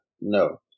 No